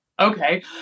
Okay